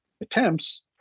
attempts